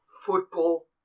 football